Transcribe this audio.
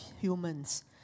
humans